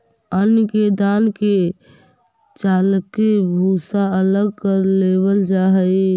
अन्न के दान के चालके भूसा अलग कर लेवल जा हइ